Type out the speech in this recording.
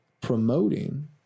promoting